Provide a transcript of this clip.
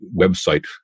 website